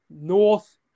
North